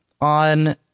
on